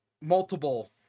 multiple